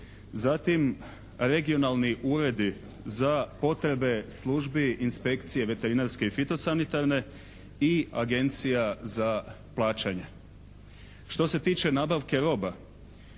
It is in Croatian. zatim regionalni uredi za potrebe službi inspekcije veterinarske i fitosanitarne i Agencija za plaćanje. Što se tiče nabavke roba,